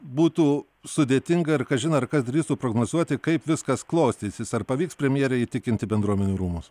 būtų sudėtinga ir kažin ar kas drįstų prognozuoti kaip viskas klostysis ar pavyks premjerei įtikinti bendruomenių rūmus